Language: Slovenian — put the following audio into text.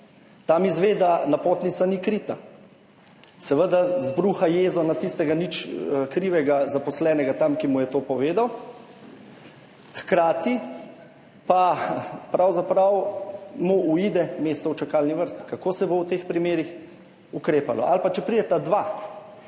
tam izve, da napotnica ni krita, seveda izbruha jezo na tistega nič krivega zaposlenega tam, ki mu je to povedal, hkrati pa mu pravzaprav uide mesto v čakalni vrsti. Kako se bo v teh primerih ukrepalo? Kaj pa če prideta dva?